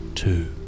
Two